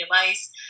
device